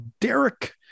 Derek